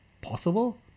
possible